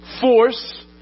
Force